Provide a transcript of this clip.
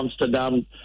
Amsterdam